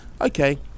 okay